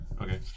okay